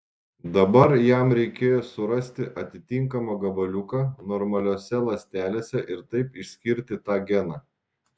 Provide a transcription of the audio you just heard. dabar jam reikėjo surasti atitinkamą gabaliuką normaliose ląstelėse ir taip išskirti tą geną